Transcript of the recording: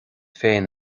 féin